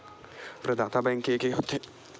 प्रदाता बैंक के एके होथे?